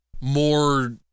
more